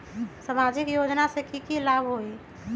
सामाजिक योजना से की की लाभ होई?